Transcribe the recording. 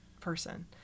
person